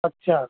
अच्छा